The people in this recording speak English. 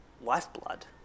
lifeblood